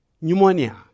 pneumonia